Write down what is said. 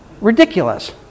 Ridiculous